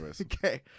okay